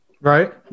right